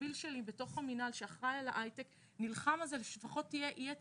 המקביל שלי בתוך המנהל שאחראי על הייטק נלחם על זה שלפחות יהיה